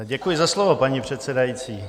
Děkuji za slovo, paní předsedající.